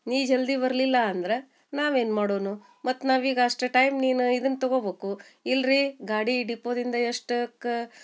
ನೀ ಜಲ್ದಿ ಬರಲಿಲ್ಲ ಅಂದ್ರ ನಾವೇನು ಮಾಡೋನು ಮತ್ತು ನಾವೀಗ ಅಷ್ಟು ಟೈಮ್ ನೀನು ಇದನ್ನ ತಗೊಬೇಕು ಇಲ್ರಿ ಗಾಡಿ ಡಿಪೋದಿಂದ ಎಷ್ಟಕ